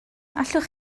allwch